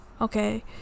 Okay